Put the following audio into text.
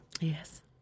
Yes